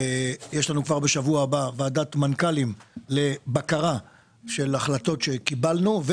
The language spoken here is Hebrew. יש לנו בשבוע הבא ועדת מנכ"לים לבקרה על החלטות שקיבלנו,